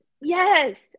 Yes